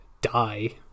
die